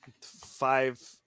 five